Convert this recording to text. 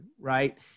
right